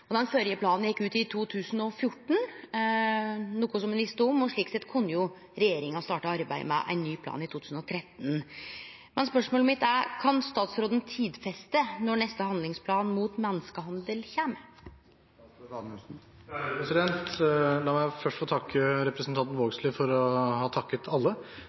menneskehandel. Den førre planen gjekk ut i 2014, noko ein visste om, og slik sett kunne jo regjeringa starta arbeidet med ein ny plan i 2013. Spørsmålet mitt er: Kan statsråden tidfeste når neste handlingsplan mot menneskehandel kjem? La meg først få takke representanten Vågslid for å ha takket alle.